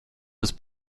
was